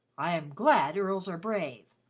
i am glad earls are brave.